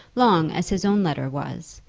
long as his own letter was,